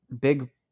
big